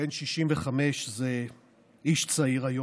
בן 65 זה איש צעיר היום,